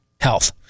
health